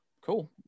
cool